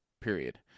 period